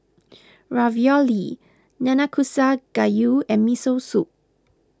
Ravioli Nanakusa Gayu and Miso Soup